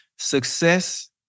Success